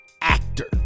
actor